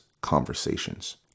conversations